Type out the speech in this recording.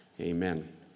Amen